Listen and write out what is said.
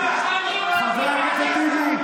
חבר הכנסת טיבי.